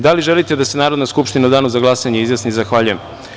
Da li želite da se Narodna skupština u danu za glasanje izjasni? (Da.) Zahvaljujem.